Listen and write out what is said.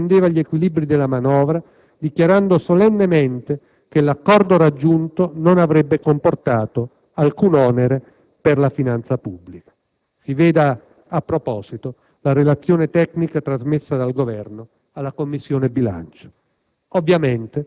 e il Governo difendeva gli equilibri della manovra, dichiarando solennemente che l'accordo raggiunto non avrebbe comportato alcun onere per la finanza pubblica (si veda a proposito la relazione tecnica trasmessa dal Governo alla Commissione bilancio).